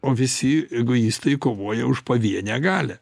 o visi egoistai kovoja už pavienę galią